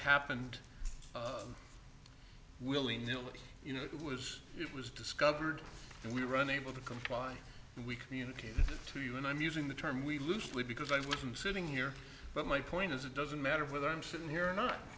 happened you know it was it was discovered we run able to comply and we communicate to you and i'm using the term we loosely because i was i'm sitting here but my point is it doesn't matter whether i'm sitting here or not